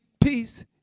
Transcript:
peace